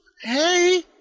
Hey